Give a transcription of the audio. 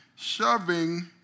Shoving